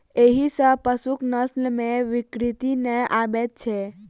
एहि सॅ पशुक नस्ल मे विकृति नै आबैत छै